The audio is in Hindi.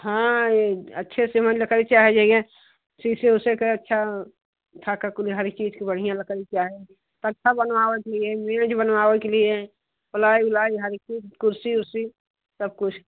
हाँ यह अच्छे से हमें लकड़ी चाहिए यह शीशम ऊशम की अच्छी हर चीज़ की बढ़िया लकड़ी चाहिए तख़्ता बनवावत ही है लिए मेज़ बनवावई के लिए प्लाई उलाई हर चीज़ कुर्सी उर्सी सब कुछ